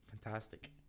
fantastic